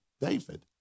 David